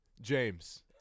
James